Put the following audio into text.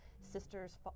Sister's